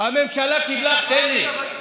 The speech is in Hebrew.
תן לי.